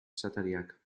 esatariak